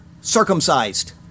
circumcised